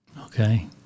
Okay